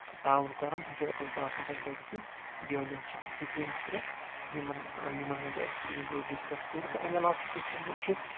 تعاوُن کَران تِم چھِ رۄپیٚس بہہ ساس اَمہِ خٲطرٕ تہِ دِون یِم چھِ یہِ سکیٖم زٕ ترٛے یِمَن یِمن ہُنٛد اَسہِ ؤنٛۍکیٚس ڈِسکَس کوٚر تہٕ اَمہِ علاوٕ چھُ کٔشیٖرِ منٛز چھُ